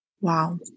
Wow